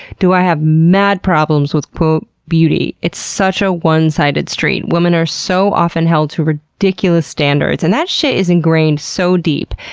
do i have mad problems with, quote, beauty. it's such a one-sided street! women are so often held to ridiculous standards and that shit is ingrained so deep.